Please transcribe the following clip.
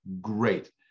great